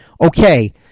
okay